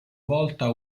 volta